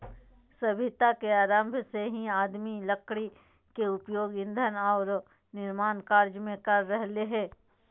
सभ्यता के आरंभ से ही आदमी लकड़ी के उपयोग ईंधन आरो निर्माण कार्य में कर रहले हें